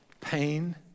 pain